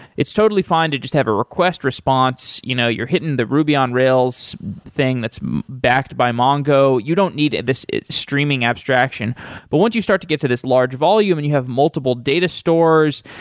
it's totally fine to just have a request response, you know you're hitting the ruby on rails thing that's backed by mongo. you don't need this streaming abstraction but once you start to get to this large volume and you have multiple data stores,